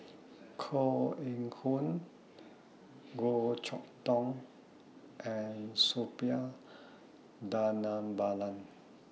Koh Eng Hoon Goh Chok Tong and Suppiah Dhanabalan